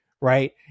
Right